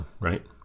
right